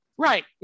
Right